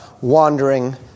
wandering